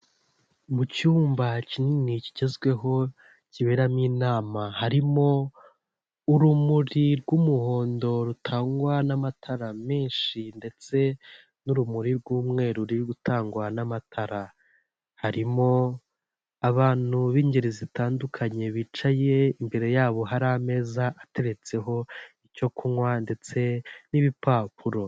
Mu cyumba kinini kigezweho kiberamo inama, harimo urumuri rw'umuhondo rutangwa n'amatara menshi ndetse n'urumuri rw'umweru ruri gutangwa n'amatara. Harimo abantu b'ingeri zitandukanye bicaye imbere yabo hari ameza ateretseho icyo kunywa ndetse n'ibipapuro.